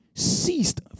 Ceased